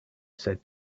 said